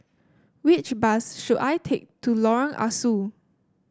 which bus should I take to Lorong Ah Soo